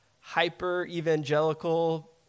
hyper-evangelical